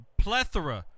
plethora